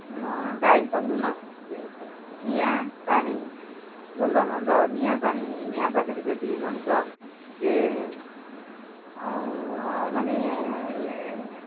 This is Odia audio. ଦାୟିତ୍ଵପୂର୍ଣ୍ଣ ଜିନିଷ ନିଆଁ ପାଣି ଭଲମନ୍ଦ ନିଆଁ ପାଣି ନିଆଁ ପାଖରେ ଯଦି ମଣିଷ ଟିକିଏ ମାନେ